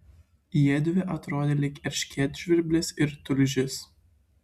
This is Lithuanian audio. jiedvi atrodė lyg erškėtžvirblis ir tulžys